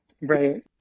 Right